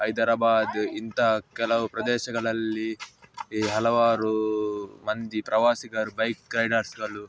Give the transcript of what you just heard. ಹೈದರಬಾದ್ ಇಂತಹ ಕೆಲವು ಪ್ರದೇಶಗಳಲ್ಲಿ ಈ ಹಲವಾರು ಮಂದಿ ಪ್ರವಾಸಿಗರು ಬೈಕ್ ರೈಡರ್ಸ್ಗಲು